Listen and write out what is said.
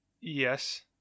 Yes